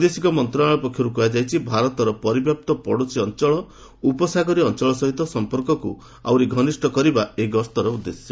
ବୈଦେଶିକ ମନ୍ତ୍ରଶାଳୟ ପକ୍ଷରୁ କୁହାଯାଇଛି ଭାରତର ପରିବ୍ୟାପ୍ତ ପଡ଼ୋଶୀ ଅଞ୍ଚଳ ଉପସାଗରୀରୟ ଅଞ୍ଚଳ ସହିତ ସଂପର୍କକୁ ଆହୁରି ଘନିଷ୍ଠ କରିବା ଏହି ଗସ୍ତର ଉଦ୍ଦେଶ୍ୟ